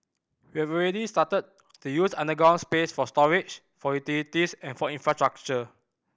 we've already started to use underground space for storage for utilities and for infrastructure